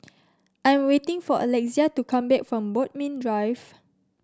I am waiting for Alexia to come back from Bodmin Drive